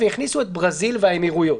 והכניסו את ברזיל והאמירויות.